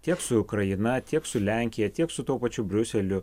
tiek su ukraina tiek su lenkija tiek su tuo pačiu briuseliu